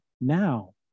now